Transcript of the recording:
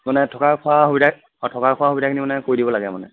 মানে থকা খোৱা সুবিধা অঁ থকা খোৱা সুবিধাখিনি মানে কৰি দিব লাগে মানে